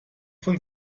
von